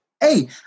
hey